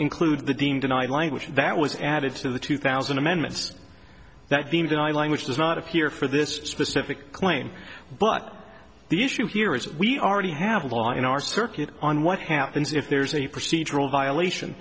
include the team tonight language that was added to the two thousand amendments that deem that a language does not appear for this specific claim but the issue here is we are to have a law in our circuit on what happens if there's any procedural violation